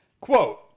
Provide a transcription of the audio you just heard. quote